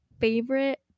favorite